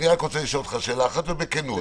אני רוצה לשאול אותך רק שאלה אחת, ובכנות.